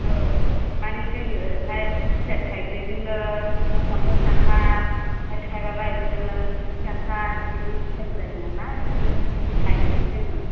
औ माने जोंनि ओरैहाय फिथाइ थाइब्रैजोंनो फनचास थाखा आमफाय थाइबाबा बिदिनो साथि थाखा बिदिनि सेल जायो नालाय बेखायनो लायनोसै जोङो